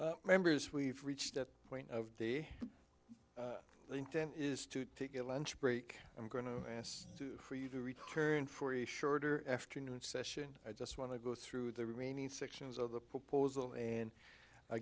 members we've reached a point of the intent is to take a lunch break i'm going to ask for you to return for a shorter afternoon session i just want to go through the remaining sections of the proposal and i